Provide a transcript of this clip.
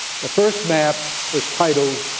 the first map was titled